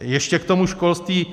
Ještě k tomu školství.